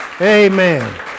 Amen